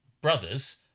brothers